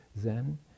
Zen